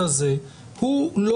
התשובה היא